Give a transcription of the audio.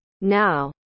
Now